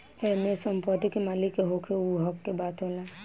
एमे संपत्ति के मालिक के होखे उ हक के बात होला